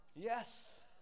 Yes